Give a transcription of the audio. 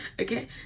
Okay